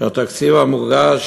שהתקציב המוגש